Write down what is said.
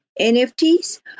NFTs